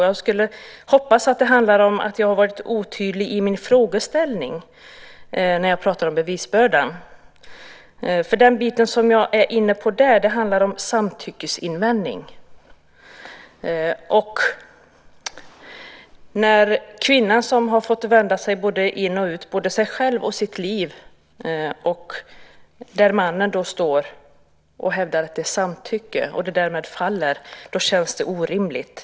Jag hoppas att det beror på att jag har varit otydlig i min frågeställning när jag pratar om bevisbördan. Det handlar om samtyckesinvändning. Det känns orimligt att kvinnan har fått vända ut och in på både sig själv och sitt liv samtidigt som mannen hävdar att det var samtycke och det därmed faller.